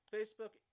Facebook